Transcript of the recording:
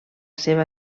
seva